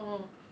oh